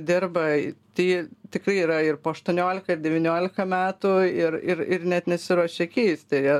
dirba tai tikrai yra ir po aštuoniolika ir devyniolika metų ir ir ir net nesiruošia keisti